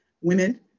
women